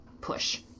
push